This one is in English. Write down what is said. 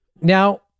Now